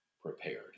prepared